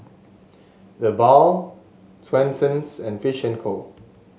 TheBalm Swensens and Fish and Co